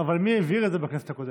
אבל מי העביר את זה בכנסת הקודמת?